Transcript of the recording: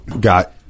got